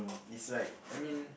is like I mean